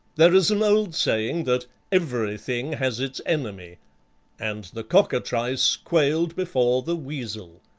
there is an old saying that everything has its enemy and the cockatrice quailed before the weasel.